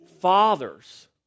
fathers